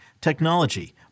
technology